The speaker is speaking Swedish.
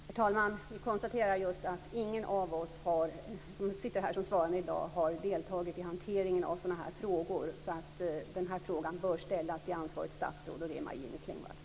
Herr talman! Vi konstaterade just att ingen av oss som sitter här som svarande i dag har medverkat vid hanteringen av sådana här frågor. Den här frågan bör ställas till ansvarigt statsråd, och det är Maj-Inger